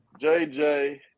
JJ